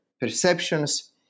perceptions